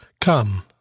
Come